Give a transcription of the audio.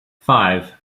five